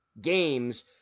games